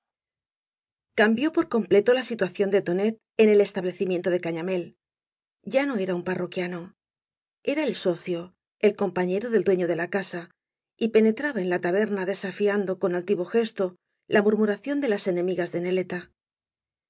cambió por completo la situacióa de tonet en el eatabiecimieoto de cañamél ta no era un pa rroquiano era el socio el compañero del daeflo de la casa y penetraba en la taberna desafiando con altivo gesto la murmuración de las enemigas de neleta